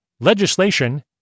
...legislation